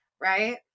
Right